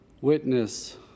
witness